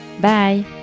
Bye